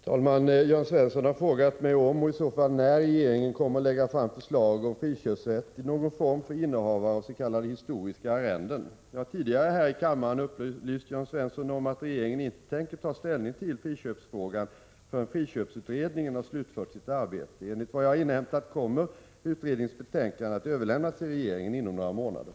Herr talman! Jörn Svensson har frågat mig om — och i så fall när — regeringen kommer att lägga fram förslag om friköpsrätt i någon form för innehavare av s.k. historiska arrenden. Jag har tidigare här i kammaren upplyst Jörn Svensson om att regeringen inte tänker ta ställning till friköpsfrågan förrän friköpsutredningen har slutfört sitt arbete. Enligt vad jag har inhämtat kommer utredningens betänkande att överlämnas till regeringen inom några månader.